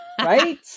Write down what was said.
right